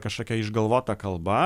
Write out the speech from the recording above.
kažkokia išgalvota kalba